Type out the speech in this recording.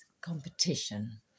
competition